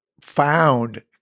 found